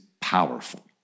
powerful